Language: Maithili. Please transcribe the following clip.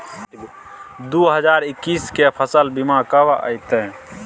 दु हजार एक्कीस के फसल बीमा कब अयतै?